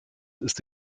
ist